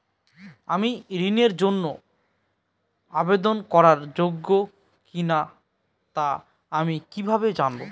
আমি ঋণের জন্য আবেদন করার যোগ্য কিনা তা আমি কীভাবে জানব?